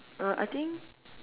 uh I think